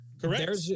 Correct